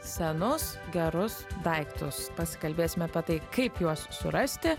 senus gerus daiktus pasikalbėsim apie tai kaip juos surasti